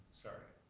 sorry.